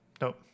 Nope